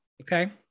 Okay